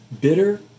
Bitter